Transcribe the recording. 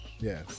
Yes